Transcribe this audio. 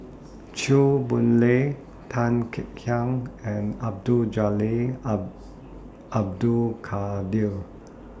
Chew Boon Lay Tan Kek Hiang and Abdul Jalil Abdul Kadir